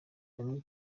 bamenye